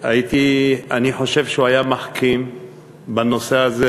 אני חושב שהוא היה מחכים בנושא הזה,